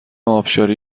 ابشاری